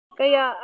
kaya